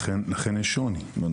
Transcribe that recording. לכן שוב,